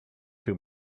too